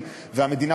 והמדינה,